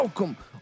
Welcome